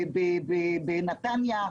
בנתניה.